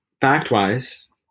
fact-wise